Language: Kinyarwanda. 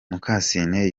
mukasine